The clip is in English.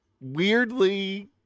weirdly